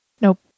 Nope